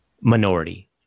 minority